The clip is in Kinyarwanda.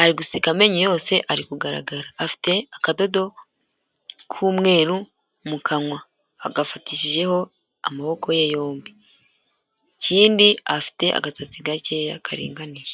ari guseka amenyo yose ari kugaragara, afite akadodo k'umweru mu kanwa agafatishijeho amaboko ye yombi, ikindi afite agasatsi gakeya karinganiye.